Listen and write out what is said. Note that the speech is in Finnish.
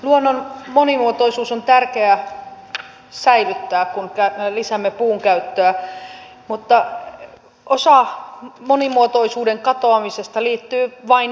luonnon monimuotoisuus on tärkeää säilyttää kun lisäämme puun käyttöä mutta osa monimuotoisuuden katoamisesta liittyy vain pelkoihin